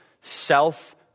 self